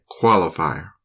qualifier